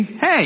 hey